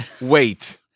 wait